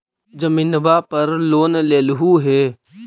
जमीनवा पर लोन लेलहु हे?